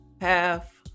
half